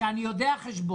-- שאני יודע חשבון.